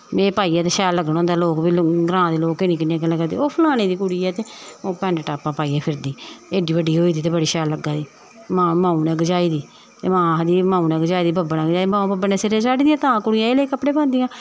एह् पाइयै शैल लगना होंदा ग्रां दे लोग किन्नियां किन्नियां गल्लां करदे ओह् फलाने दी कुड़ी ऐ ते ओह् पैंट टॉपां पाइयै फिरदी एड्डी बड्डी होई दी ते बड़ी शैल लग्गा दी हां माऊ ने गजाई दी ते मां आखदी माऊ ने गजाई दी बब्बै ने गजाई दी माऊ बब्बै सिर चाढ़ी दी तां कुड़ियां एह् लेह् कपड़े पांदियां